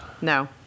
No